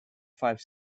five